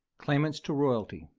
claimants to royalty.